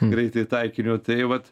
greitai taikiniu tai vat